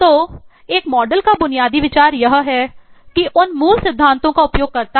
तो एक मॉडल है